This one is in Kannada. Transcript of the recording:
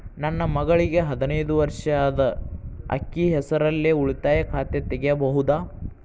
ನನ್ನ ಮಗಳಿಗೆ ಹದಿನೈದು ವರ್ಷ ಅದ ಅಕ್ಕಿ ಹೆಸರಲ್ಲೇ ಉಳಿತಾಯ ಖಾತೆ ತೆಗೆಯಬಹುದಾ?